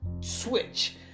switch